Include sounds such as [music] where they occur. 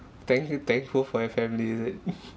thank you thankful for your family is it [laughs]